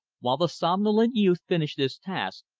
while the somnolent youth finished this task,